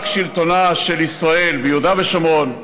רק שלטונה של ישראל ביהודה ושומרון,